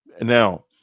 now